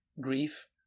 grief